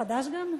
חד"ש גם?